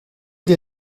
des